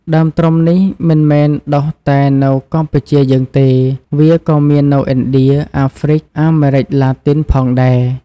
ដើមត្រុំនេះមិនមែនដុះតែនៅកម្ពុជាយើងទេ វាក៏មាននៅឥណ្ឌា អាហ្រ្វិក អាមេរិកឡាទីនផងដែរ។